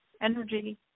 energy